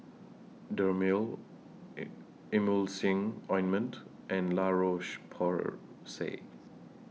Dermale Emulsying Ointment and La Roche Porsay